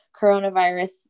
coronavirus